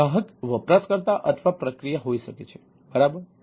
ગ્રાહક વપરાશકર્તા અથવા પ્રક્રિયા હોઈ શકે છે બરાબર